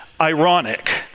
ironic